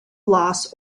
loss